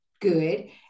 good